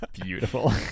Beautiful